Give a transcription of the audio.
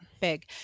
Big